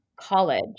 college